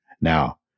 Now